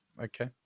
Okay